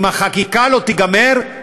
אם החקיקה לא תיגמר,